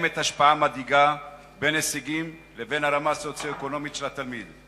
יש השפעה מדאיגה של הרמה הסוציו-אקונומית של התלמיד על ההישגים.